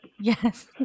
yes